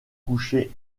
coucher